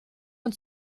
und